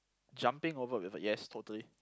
jumping over yes totally